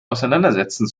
auseinandersetzen